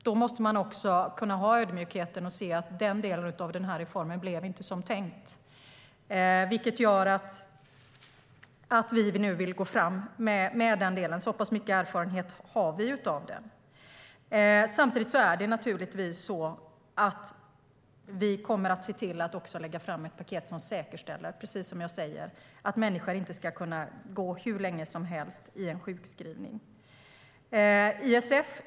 Då måste vi ha ödmjukheten att säga att den delen av reformen inte blev som det var tänkt. Det gör att vi vill gå fram med just den delen. Så pass mycket erfarenhet finns. Samtidigt kommer vi att lägga fram ett paket som säkerställer att människor inte ska kunna gå hur länge som helst i en sjukskrivning.